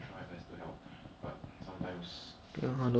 we I rotate base on how tank rotates